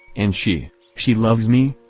and she, she loves me?